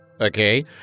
Okay